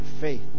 faith